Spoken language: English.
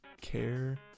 care